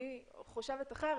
אני חושבת אחרת.